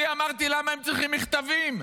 אני אמרתי, למה הם צריכים מכתבים?